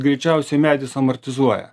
greičiausiai medis amortizuoja